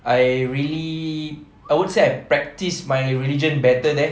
I really I would say I practice my religion better there